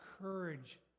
courage